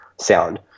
sound